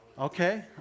Okay